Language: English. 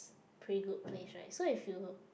pretty good place right so if you